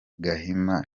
gahima